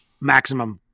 maximum